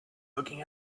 looking